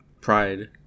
Pride